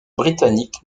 britannique